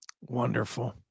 Wonderful